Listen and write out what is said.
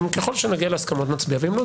ככל שנגיע להסכמות נצביע ואם לא,